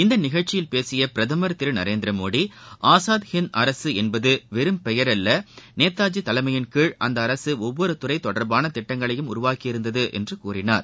இந்த நிகழ்ச்சியில் பேசிய பிரதமர் திரு நரேந்திரமோடி ஆஸாத் ஹிந்த் அரசு என்பது வெறும் நேதாஜி தலைமையின் கீழ் அந்த அரசு ஒவ்வொரு துறை தொடர்பான திட்டங்களையும் பெயரல்ல உருவாக்கியிருந்தது என்றார்